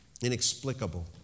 inexplicable